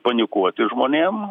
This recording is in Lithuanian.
panikuoti žmonėm